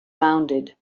rounded